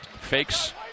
Fakes